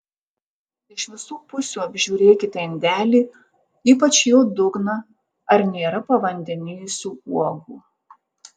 iš visų pusių apžiūrėkite indelį ypač jo dugną ar nėra pavandenijusių uogų